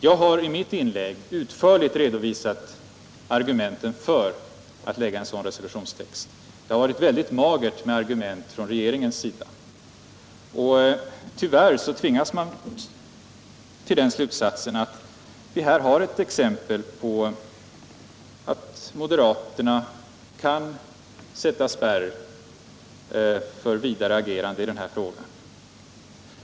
Jag har i mitt inlägg utförligt redovisat argumenten för att lägga en sådan resolutionstext. Det har varit mycket magert med argument från regeringens sida. Tyvärr tvingas man dra den slutsatsen att vi här har ett exempel på att moderaterna kan sätta spärr för ett vidare agerande i de här frågorna.